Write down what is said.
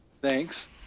thanks